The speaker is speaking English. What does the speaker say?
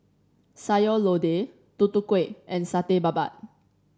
Sayur Lodeh Tutu Kueh and Satay Babat